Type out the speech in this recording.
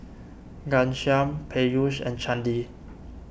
Ghanshyam Peyush and Chandi